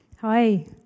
Hi